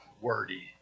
wordy